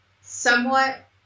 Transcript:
somewhat